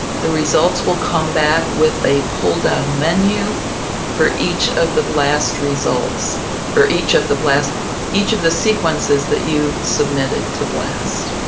the results will come back with a pull-down menu for each of the blast results or each of the blast each of the sequences that you submitted to blast,